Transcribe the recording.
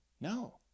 No